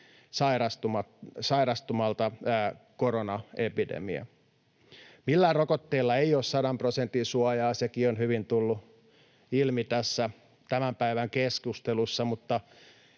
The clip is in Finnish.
sairastumiselta. Millään rokotteella ei ole sadan prosentin suojaa, sekin on hyvin tullut ilmi tässä tämän päivän keskustelussa, mutta